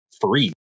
free